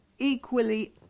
equally